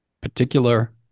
particular